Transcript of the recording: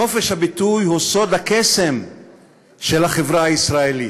חופש הביטוי הוא סוד הקסם של החברה הישראלית,